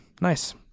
Nice